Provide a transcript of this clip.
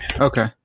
Okay